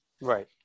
Right